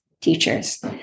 teachers